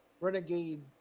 renegade